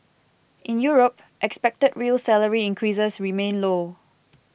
in Europe expected real salary increases remain low